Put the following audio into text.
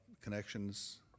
connections